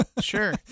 sure